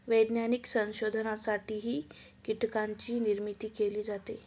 वैज्ञानिक संशोधनासाठीही कीटकांची निर्मिती केली जाते